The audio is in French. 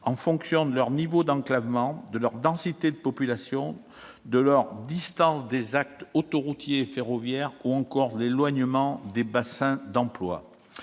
en fonction de leur niveau d'enclavement, de leur densité de population, de leur distance par rapport aux axes autoroutiers et ferroviaires ou encore de l'éloignement des bassins d'emploi.